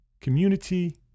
community